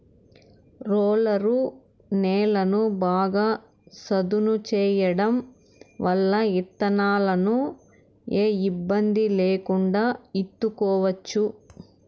roller నేలను బాగా సదును చేయడం వల్ల ఇత్తనాలను ఏ ఇబ్బంది లేకుండా ఇత్తుకోవచ్చు